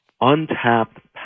untapped